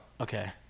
Okay